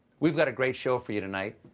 we've got a great show for you tonight.